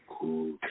cool